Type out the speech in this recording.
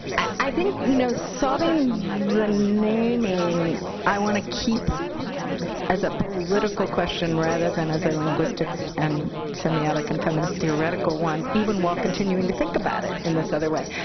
i think you know solving the naming i want to keep as a political question rather than as a linguistics and semiotics and feminist theoretical one, even while continuing to think about it in this other way.